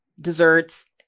desserts